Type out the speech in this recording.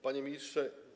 Panie Ministrze!